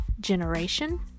generation